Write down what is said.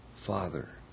father